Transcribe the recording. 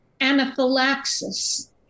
anaphylaxis